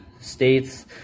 states